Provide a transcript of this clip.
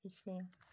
खींच लिया